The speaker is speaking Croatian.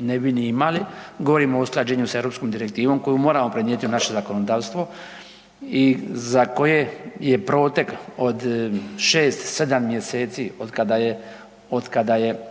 ne bi ni imali. Govorimo o usklađenju sa europskom direktivom koju moramo prenijeti u naše zakonodavstvo i za koje je protek od 6, 7 mjeseci od kada je